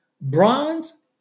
bronze